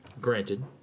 Granted